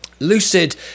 Lucid